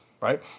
right